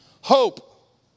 Hope